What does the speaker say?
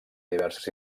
diverses